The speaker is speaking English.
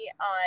on